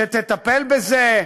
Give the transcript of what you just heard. שתטפל בזה,